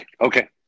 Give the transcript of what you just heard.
Okay